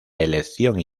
elección